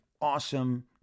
awesome